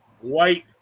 white